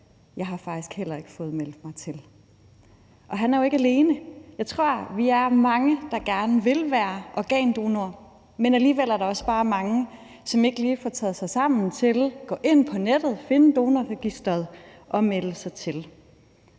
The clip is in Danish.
Jeg har faktisk heller ikke fået meldt mig til. Og han er jo ikke alene. Jeg tror, vi er mange, der gerne vil være organdonorer, men alligevel er der også bare mange, som ikke lige får taget sig sammen til at gå ind på nettet og finde Organdonorregisteret og melde sig til,